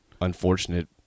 unfortunate